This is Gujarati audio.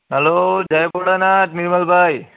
હાલો જય ભોળાનાથ નિર્માલભાઈ